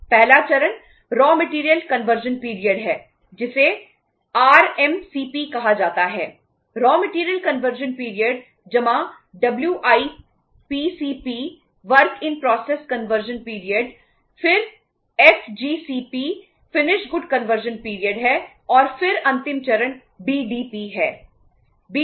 पहला चरण raw material conversion period